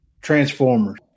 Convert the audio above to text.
Transformers